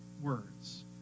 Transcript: words